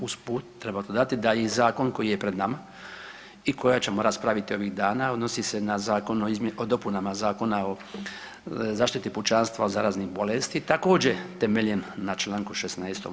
Uz put treba dodati da i zakon koji je pred nama i koja ćemo raspraviti ovih dana odnosi se na Zakon o dopunama Zakona o zaštiti pučanstva od zaraznih bolesti, također temeljem čl. 16.